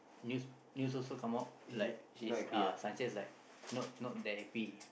news news also come out like this uh Senchez like not not that happy